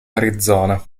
arizona